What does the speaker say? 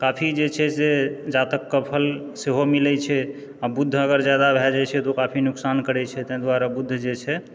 काफी जे छै से जातकके फल सेहो मिलै छै आ बुध अगर ज्यादा भए जाइत छै तऽ ओ काफी नुकसान करै छै ताहि दुआरे बुध जे छै